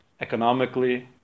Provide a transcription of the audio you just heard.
economically